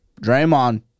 Draymond